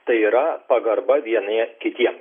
tai yra pagarba vieni kitiem